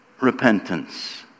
repentance